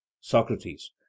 Socrates